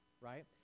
right